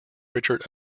richard